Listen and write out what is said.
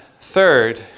third